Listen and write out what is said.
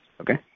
okay